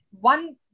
one